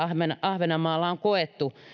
ahvenanmaalla on koettu